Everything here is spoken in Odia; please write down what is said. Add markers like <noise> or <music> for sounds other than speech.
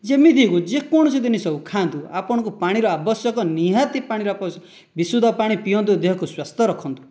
ଯେମିତି ହଉ ଯେକୌଣସି ଜିନିଷ ହଉ ଖାଆନ୍ତୁ ଆପଣଙ୍କୁ ପାଣିର ଆବଶ୍ୟକ ନିହାତି ପାଣି <unintelligible> ବିଶୁଦ୍ଧ ପାଣି ପିଅନ୍ତୁ ଦେହକୁ ସ୍ୱାସ୍ଥ୍ୟ ରଖନ୍ତୁ